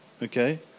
Okay